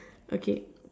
okay